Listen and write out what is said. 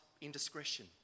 indiscretion